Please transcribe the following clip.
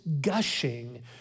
gushing